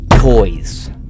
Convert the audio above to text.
toys